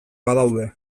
badaude